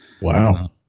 Wow